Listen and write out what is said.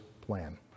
plan